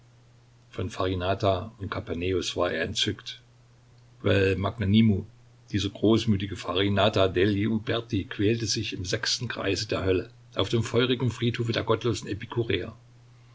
von farinata und kapaneus war er entzückt quel magnanimo dieser großmütige farinata degli uberti quält sich im sechsten kreise der hölle auf dem feurigen friedhofe der gottlosen